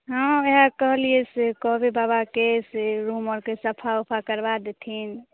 हँ वएह कहलिए से कहबै बाबाके से रूम आओरके सफा उफा करबा देथिन